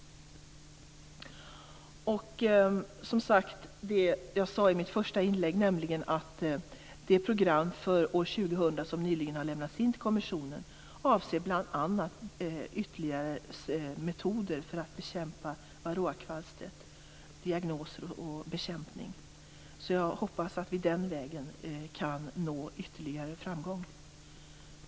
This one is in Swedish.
Jag sade i mitt första inlägg att det program för år 2000 som nyligen har lämnats in till kommissionen avser bl.a. ytterligare metoder för att bekämpa varroakvalstret, diagnoser och bekämpning. Jag hoppas att vi den vägen kan nå ytterligare framgång.